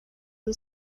and